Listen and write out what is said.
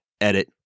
edit